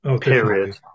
period